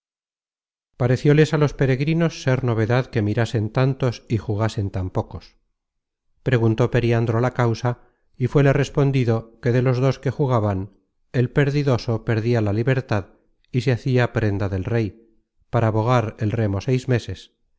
alguno jugase parecióles á los peregrinos ser novedad que mirasen tantos y jugasen tan pocos preguntó periandro la causa y fuéle respondido que de los dos que jugaban el perdidoso perdia la libertad y se hacia prenda del rey para bogar el remo seis meses